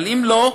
אבל אם לא,